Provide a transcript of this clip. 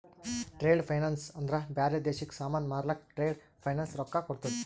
trade finance ಅಂದ್ರ ಬ್ಯಾರೆ ದೇಶಕ್ಕ ಸಾಮಾನ್ ಮಾರ್ಲಕ್ ಟ್ರೇಡ್ ಫೈನಾನ್ಸ್ ರೊಕ್ಕಾ ಕೋಡ್ತುದ್